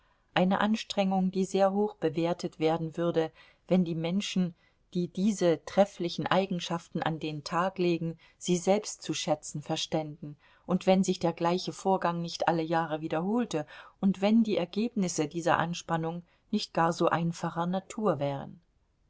eine anstrengung die sehr hoch bewertet werden würde wenn die menschen die diese trefflichen eigenschaften an den tag legen sie selbst zu schätzen verständen und wenn sich der gleiche vorgang nicht alle jahre wiederholte und wenn die ergebnisse dieser anspannung nicht gar so einfacher natur wären